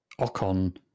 Ocon –